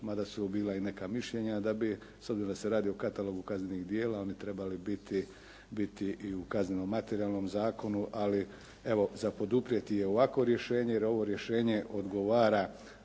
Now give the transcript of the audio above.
mada su bila i neka mišljenja da bi, s obzirom da se radi o katalogu kaznenih djela oni trebali biti i u kazneno materijalnom zakonu. Ali evo za poduprijeti je ovakvo rješenje, jer ovo rješenje odgovara